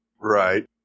Right